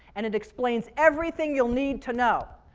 and it explains everything you'll need to know,